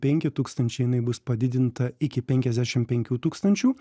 penki tūkstančiai jinai bus padidinta iki penkiasdešim penkių tūkstančių